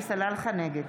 נגד